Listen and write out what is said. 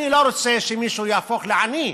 אני לא רוצה שמישהו יהפוך לעני,